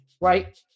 Right